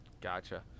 gotcha